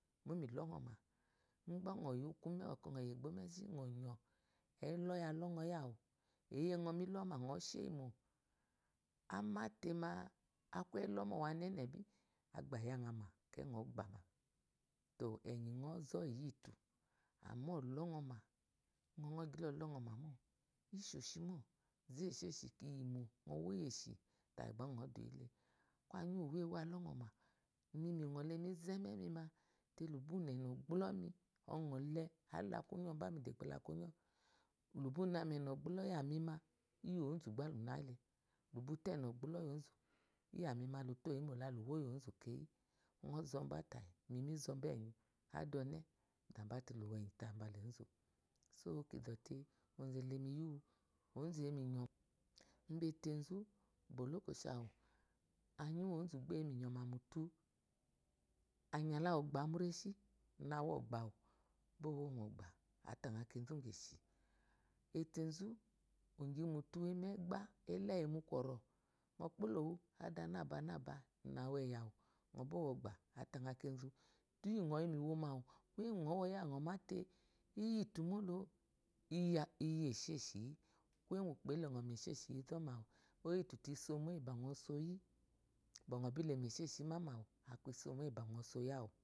Mo mi ɔnɔ ma umbe nɔ yikúyo bá nɔ yi eqbo mu ezhi nɔ inɔ kayi koo iyi alonɔ yin awu eyenɔ milo má nɔshe yimo amnate ma aku ihomo wa ne ne bu aba aya ŋa ma eleyi nɔ ba`má to znyi nɔzɔ iytu amma ɔʒnɔma unɔ nɔgyi la ɔlɔnomámiú isheshi mo zo esheshi le iyimo nɔ yimo ŋɔwo iyeshi ta yiba nɔ duyile kwo anyi uwe uwe alonɔma imi minɔle mi əɔ ememima te lubunɔ elɔgbu lɔmima ole arila kuwó bá mi debo laleuwyo lúbú nami elobuloo iyámima iyi ezu iqba lu na yile lubute elobulo iyi ezu iya mima lutoyimo lelu wo iyi oxzu keyi nɔ zoba tayi mi mizoba tayi ri t ɔne mi mizɔba tayi mizaba te lowo eyi bsla ezu so mi zote ozele mi yiwu ozo eyimu iyoma ubetezu olokwoshi awu anyi wozuma mútu anɔ la ɔbá mu reshi nawu ɔqba wu bɔ wuwu moqba ataŋ kezu inqye shi etezu eqyimu utu eyimu eqba elo eyi mu kwomo nɔpolowu ada naba naba nawu zyi awei atŋ lae zu duiy n yi mu iwomo awu oyi nɔwoyi awei iyitumolo iya iyi iye sheshi yi kuye gheu bɔkɔ ukpo elonɔ mu esheshi izɔmawu eyitute isomo iyiba nesoy ba nobi lo mu esheshi imama ú aku isomo iyiba soyi anei.